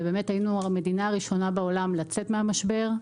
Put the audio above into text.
ובאמת היינו המדינה הראשונה בעולם לצאת מהמשבר,